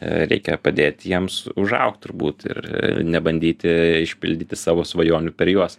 reikia padėti jiems užaugt turbūt ir nebandyti išpildyti savo svajonių per juos